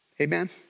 Amen